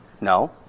No